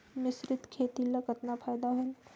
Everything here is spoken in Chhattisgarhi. मिश्रीत खेती ल कतना फायदा होयल?